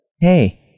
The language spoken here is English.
Hey